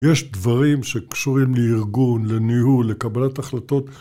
יש דברים שקשורים לארגון, לניהול, לקבלת החלטות